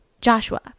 Joshua